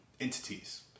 entities